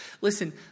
Listen